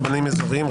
רבנים אזוריים,